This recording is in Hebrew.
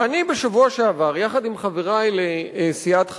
ואני בשבוע שעבר, יחד עם חברי לסיעת חד"ש,